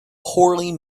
poorly